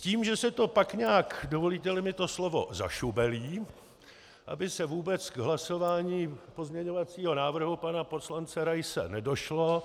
S tím, že se to pak nějak, dovolíteli mi to slovo, zašubelí, aby se vůbec k hlasování pozměňovacího návrhu pana poslance Raise nedošlo.